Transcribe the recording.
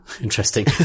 Interesting